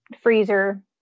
freezer